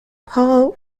pohl